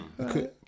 Okay